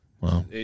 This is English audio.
Wow